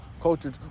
culture